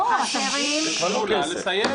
זה כבר לא כסף.